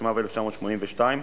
התשמ"ב 1982,